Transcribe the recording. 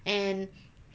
and